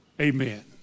Amen